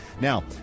Now